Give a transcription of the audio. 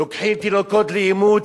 לוקחים תינוקות לאימוץ,